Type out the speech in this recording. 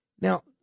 Now